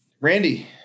randy